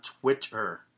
Twitter